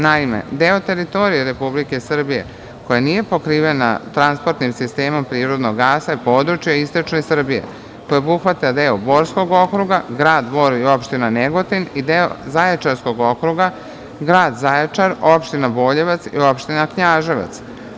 Naime, deo teritorije Republike Srbije koja nije pokrivena transportnim sistemom prirodnog gasa je područje istočne Srbije koje obuhvata deo Borskog okruga, grad Bor i opština Negotin i deo Zaječarskog okruga, grad Zaječar, opština Boljevac i opština Knjaževac.